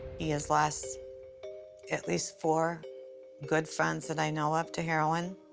he has lost at least four good friends that i know of to heroin.